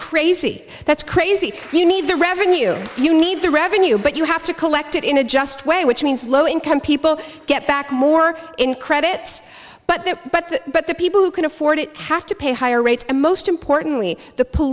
crazy that's crazy you need the revenue you need the revenue but you have to collect it in a just way which means low income people get back more in credits but they're but but the people who can afford it have to pay higher rates and most importantly the po